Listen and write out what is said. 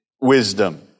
wisdom